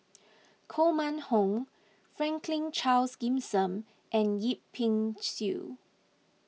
Koh Mun Hong Franklin Charles Gimson and Yip Pin Xiu